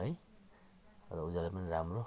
है र उज्यालो पनि राम्रो